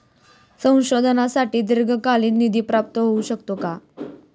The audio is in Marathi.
संशोधनासाठी दीर्घकालीन निधी प्राप्त होऊ शकतो का?